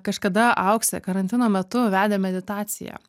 kažkada auksė karantino metu vedė meditaciją